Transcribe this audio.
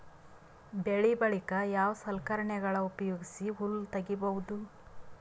ಬೆಳಿ ಬಳಿಕ ಯಾವ ಸಲಕರಣೆಗಳ ಉಪಯೋಗಿಸಿ ಹುಲ್ಲ ತಗಿಬಹುದು?